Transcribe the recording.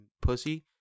pussy